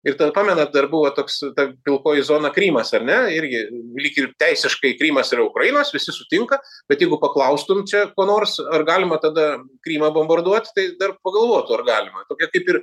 ir dar pamenat dar buvo toks ta pilkoji zona krymas ar ne irgi lyg ir teisiškai krymas yra ukrainos visi sutinka bet jeigu paklaustum čia ko nors ar galima tada krymą bombarduot tai dar pagalvotų ar galima tokia kaip ir